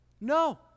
No